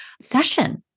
session